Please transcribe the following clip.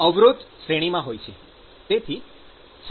અવરોધ શ્રેણીમાં હોય છે